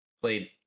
Played